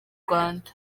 rwanda